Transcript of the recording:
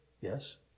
Yes